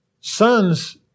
Sons